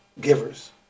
givers